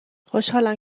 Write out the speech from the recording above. خوشحالم